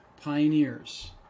pioneers